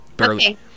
okay